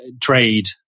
trade